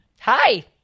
Hi